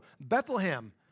Bethlehem